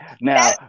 Now